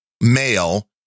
male